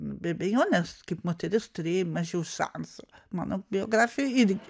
be abejonės kaip moteris turėjai mažiau šansų mano biografija irgi